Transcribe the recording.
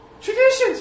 traditions